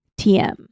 TM